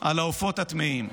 העופות הטמאים.